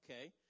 Okay